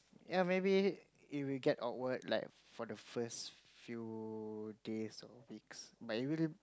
yea maybe it will get awkward like for the first few days or weeks but you really